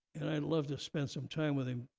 and i'd love to spend some time with him.